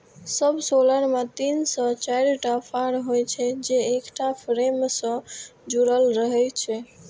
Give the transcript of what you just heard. subsoiler मे तीन से चारिटा फाड़ होइ छै, जे एकटा फ्रेम सं जुड़ल रहै छै